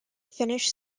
finnish